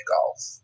golf